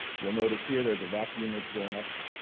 you'll notice here there's a vacuum that's going up,